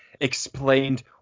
explained